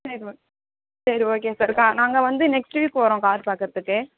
சரி சரி okay sir தா நாங்கள் வந்து நெக்ஸ்ட்டு வீக் வறோம் கார் பார்க்குறதுக்கு